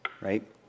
right